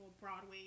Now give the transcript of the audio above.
Broadway